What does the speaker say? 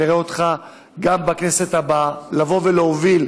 ונראה אותך גם בכנסת הבאה בא ומוביל